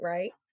Right